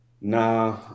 nah